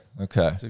Okay